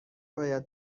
باید